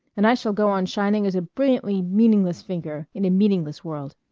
and i shall go on shining as a brilliantly meaningless figure in a meaningless world.